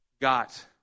got